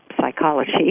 psychology